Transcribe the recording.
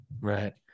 Right